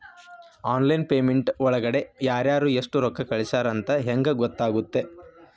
Online payment ಒಳಗಡೆ ಯಾರ್ಯಾರು ಎಷ್ಟು ರೊಕ್ಕ ಕಳಿಸ್ಯಾರ ಅಂತ ಹೆಂಗ್ ಗೊತ್ತಾಗುತ್ತೆ?